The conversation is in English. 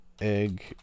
egg